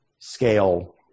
scale